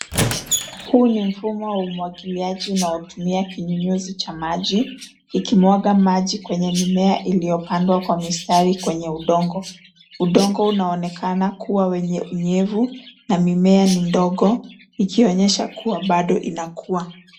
Huu ni mfumo wa umwagiliaji unaotumia kinyunyuzi cha maji kikimwaga maji kwenye miema iliyopandwa kwa mistari kwenye udongo. Udongo unaonkeana kuwa wenye unyevu na mimea ni ndogo ikionyesha kuwa bado inakua.